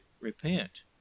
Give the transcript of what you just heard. repent